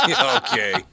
Okay